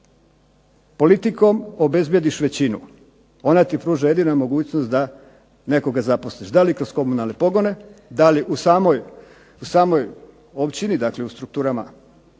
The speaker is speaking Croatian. politikom obezbjediš većinu, ona ti pruža jedina mogućnost da nekoga zaposliš. Da li kroz komunalne pogone, da li u samoj općini, dakle u strukturama